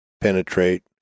penetrate